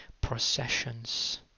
processions